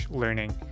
learning